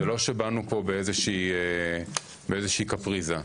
זה לא שבאנו לפה באיזושהי קפריזה.